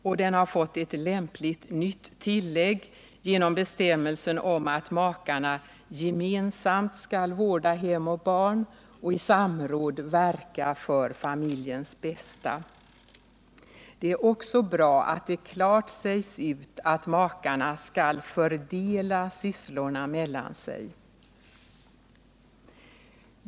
Men den har fått ett lämpligt nytt tillägg genom bestämmelsen om att makarna gemensamt skall vårda hem och barn och i samråd verka för familjens bästa. Det är också bra att det klart sägs ut att makarna skall fördela sysslorna mellan sig.